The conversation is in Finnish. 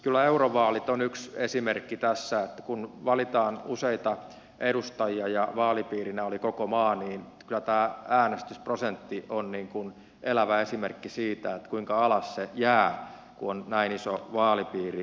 kyllä eurovaalit on yksi esimerkki tässä että kun valitaan useita edustajia ja vaalipiirinä on koko maa niin kyllä tämä äänestysprosentti on elävä esimerkki siitä kuinka alas se jää kun on näin iso vaalipiiri